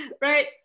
right